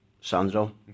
Sandro